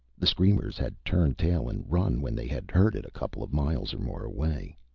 the screamers had turned tail and run when they had heard it a couple of miles or more away.